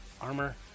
armor